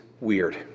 weird